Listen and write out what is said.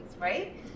right